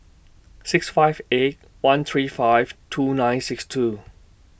six five eight one three five two nine six two